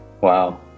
Wow